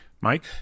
Mike